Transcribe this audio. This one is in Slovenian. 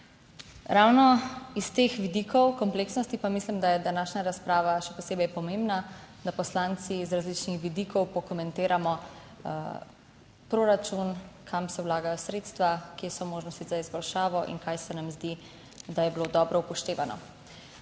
Ravno iz teh vidikov kompleksnosti pa mislim, da je današnja razprava še posebej pomembna, da poslanci iz različnih vidikov pokomentiramo proračun, kam se vlagajo sredstva, kje so možnosti za izboljšavo in kaj se nam zdi, da je bilo dobro upoštevano.